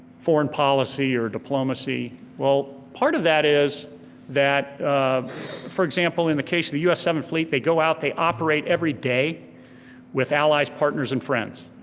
foreign policy or diplomacy, well part of that is that for example, in the case of the us seventh fleet, they go out, they operate every day with allies, partners, and friends.